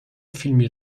فیلمی